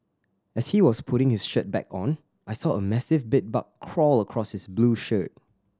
as he was putting his shirt back on I saw a massive bed bug crawl across his blue shirt